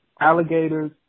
alligators